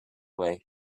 way